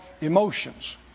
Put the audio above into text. emotions